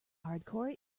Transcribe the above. hardcore